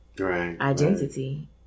identity